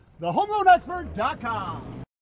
thehomeloanexpert.com